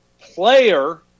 player